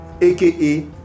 aka